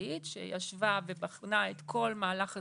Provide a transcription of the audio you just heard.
בין-משרדית שישבה ובחנה את כל מהלך הזיקוק,